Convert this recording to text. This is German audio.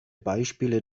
beispiele